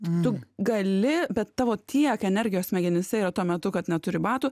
tu gali bet tavo tiek energijos smegenyse yra tuo metu kad neturi batų